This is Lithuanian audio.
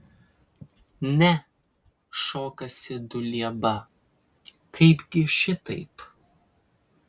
ne šokasi dulieba kaipgi šitaip